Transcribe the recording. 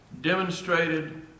demonstrated